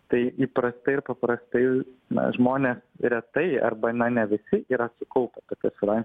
tai įprasta ir paprastai mes žmonės retai arba na ne visi yra sukaupę tokius finan